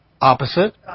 Opposite